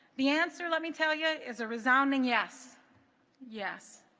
the answer let me tell you is a resounding yes yes